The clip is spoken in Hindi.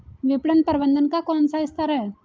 विपणन प्रबंधन का कौन सा स्तर है?